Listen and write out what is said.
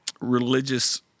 religious